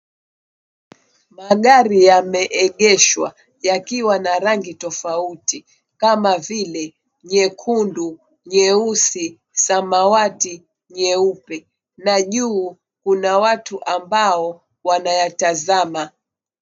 Magari yameegeshwa yakiwa na rangi tofauti kama vile nyekundu, nyeusi, samawati, nyeupe na juu kuna watu ambao wanayatazama.